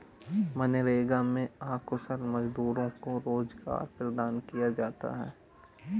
मनरेगा में अकुशल मजदूरों को रोजगार प्रदान किया जाता है